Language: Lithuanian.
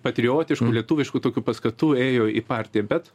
patriotiškų lietuviškų tokių paskatų ėjo į partiją bet